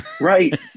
Right